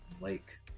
lake